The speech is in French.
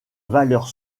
valeur